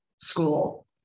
school